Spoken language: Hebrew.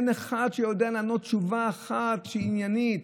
אין אחד שיודע לתת תשובה אחת שהיא עניינית.